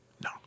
No